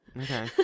Okay